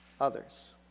others